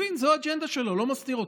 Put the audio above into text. אני מבין, זו האג'נדה שלו, הוא לא מסתיר אותה,